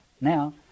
Now